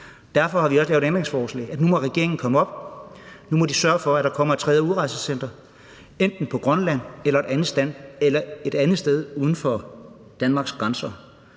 Derfor har vi også lavet et ændringsforslag. Nu må regeringen komme op med noget, nu må de sørge for, at der kommer et tredje udrejsecenter enten på Grønland eller et andet sted uden for Danmarks grænser.